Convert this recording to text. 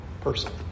person